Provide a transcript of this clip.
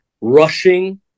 rushing